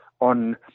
on